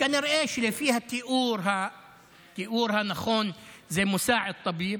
כנראה שלפי התיאור הנכון זה "מוסעד ט'ביב",